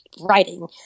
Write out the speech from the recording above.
writing